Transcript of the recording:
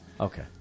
Okay